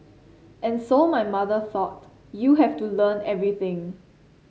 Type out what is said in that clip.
and so my mother thought You have to learn everything